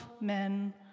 men